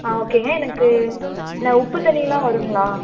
ஆ ஓகேங்க எனக்கு அங்கே உப்பு தண்ணியெலாம் வருங்களா